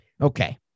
Okay